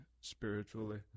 spiritually